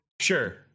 Sure